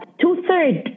two-thirds